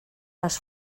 les